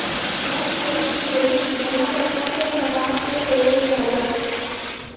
असुरक्षित ऋण जमाकर्ता के व्यवहार पे देवल जाला